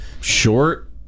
short